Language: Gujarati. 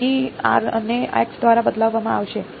તેથી r ને x દ્વારા બદલવામાં આવશે